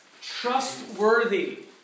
trustworthy